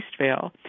Eastvale